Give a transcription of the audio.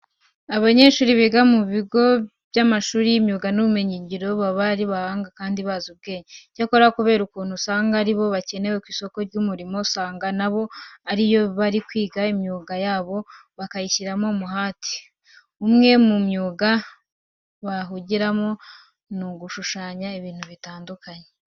Abanyeshuri biga mu bigo by'amashuri y'imyuga n'ubumenyingiro baba ari abahanga kandi bazi ubwenge. Icyakora kubera ukuntu usanga ari bo bakenewe ku isoko ry'umurimo usanga na bo iyo bari kwiga imyuga yabo babishyiramo umuhate. Umwe mu myuga bahigira harimo no gushushanya ibintu bitandukanye.